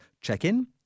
check-in